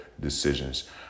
decisions